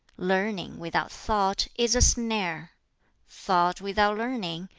learning, without thought, is a snare thought, without learning,